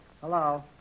Hello